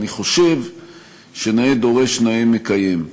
אני חושב שנאה דורש נאה מקיים.